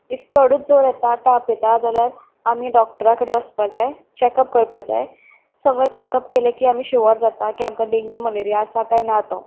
if चडूच जोर येता ताप येता जाल्यार आमी डॉक्टरा कडेन वचपा जाय चॅकअप करपा जाय सगलो चॅकअप केले की आमी शुवर जाता की आमकां डेंगू मलेरिया आसा काय ना तो